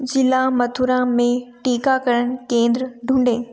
ज़िला मथुरा में टीकाकरण केंद्र ढूँढे